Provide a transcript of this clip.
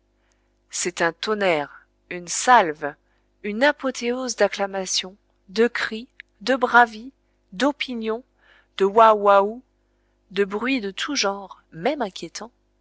c'est un tonnerre une salve une apothéose d'acclamations de cris de bravi d'opinions de oua ouaou de bruits de tout genre même inquiétants